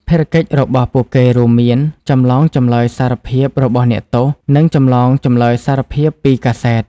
ភារកិច្ចរបស់ពួកគេរួមមាន ចម្លងចម្លើយសារភាពរបស់អ្នកទោស និងចម្លងចម្លើយសារភាពពីកាសែត។